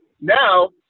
Now